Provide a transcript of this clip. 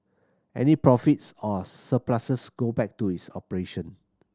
any profits or surpluses go back to its operation